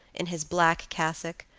in his black cassock,